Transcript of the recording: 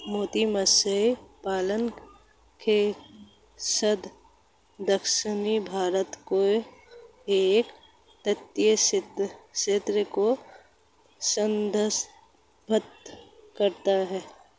मोती मत्स्य पालन कोस्ट दक्षिणी भारत के एक तटीय क्षेत्र को संदर्भित करता है